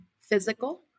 physical